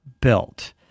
built